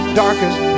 darkest